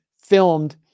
filmed